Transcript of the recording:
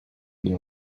nie